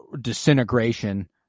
disintegration